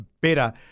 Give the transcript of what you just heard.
better